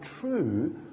true